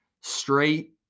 straight